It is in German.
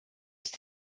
ist